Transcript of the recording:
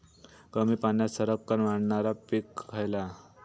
कमी पाण्यात सरक्कन वाढणारा पीक खयला?